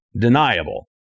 Deniable